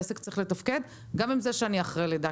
העסק צריך לתפקד גם אם אני אחרי לידה.